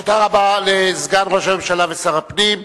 תודה רבה לסגן ראש הממשלה ושר הפנים.